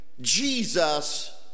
Jesus